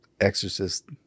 Exorcist